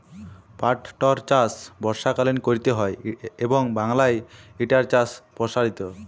পাটটর চাষ বর্ষাকালীন ক্যরতে হয় এবং বাংলায় ইটার চাষ পরসারিত